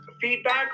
feedback